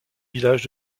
villages